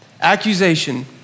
Accusation